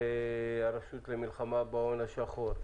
והרשות למלחמה בהון השחור,